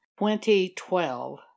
2012